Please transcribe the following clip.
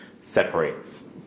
separates